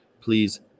please